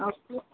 okay